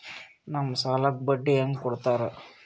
ನಮ್ ಸಾಲಕ್ ಬಡ್ಡಿ ಹ್ಯಾಂಗ ಕೊಡ್ತಾರ?